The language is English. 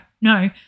no